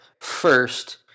first